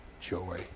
joy